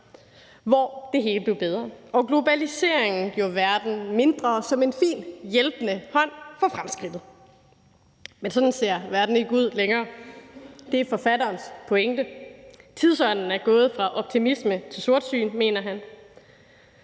hvor det hele blev bedre. Og globaliseringen gjorde verden mindre som en fin, hjælpende hånd for fremskridtet. Men sådan ser verden ikke ud længere. Det er forfatterens pointe. Tidsånden er gået fra optimisme til sortsyn, mener han.